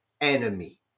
enemy